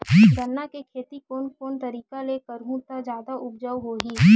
गन्ना के खेती कोन कोन तरीका ले करहु त जादा उपजाऊ होही?